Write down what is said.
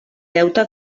deute